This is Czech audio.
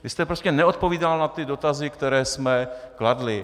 Vy jste prostě neodpovídal na dotazy, které jsme kladli.